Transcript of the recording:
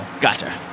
Gotcha